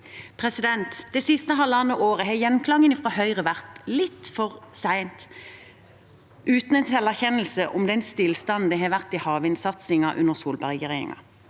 Det siste halvannet året har gjenklangen fra Høyre vært: litt for sent – uten en selverkjennelse om den stillstanden det har vært i havvindsatsingen under Solbergregjeringen.